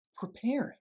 preparing